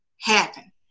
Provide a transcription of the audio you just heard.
happen